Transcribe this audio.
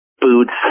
boots